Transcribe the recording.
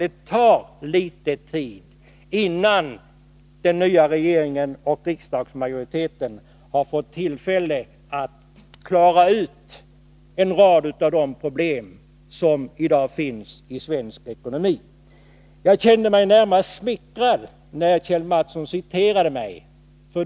Det tar dock litet tid, innan den nya regeringen och riksdagsmajoriteten har hunnit klara ut en rad av de problem som i dag finns i svensk ekonomi. Jag känner mig närmast smickrad, när Kjell Mattsson citerar mig.